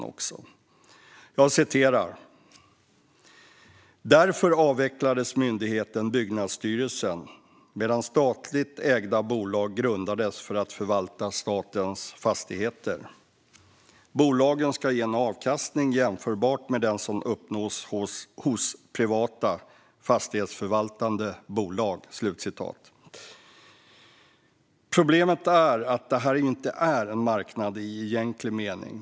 I betänkandet står följande: "Därför avvecklades myndigheten Byggnadsstyrelsen, medan statligt ägda bolag grundades för att förvalta statens fastigheter. Bolagen skulle ge en avkastning jämförbar med den som uppnås hos privatägda fastighetsförvaltande bolag." Problemet är att detta inte är en marknad i egentlig mening.